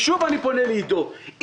שוב אני פונה לעידו סופר,